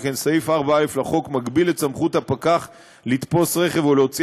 שכן סעיף 4(א) לחוק מגביל את סמכות הפקח לתפוס רכב או להוציא